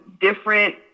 different